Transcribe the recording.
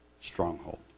stronghold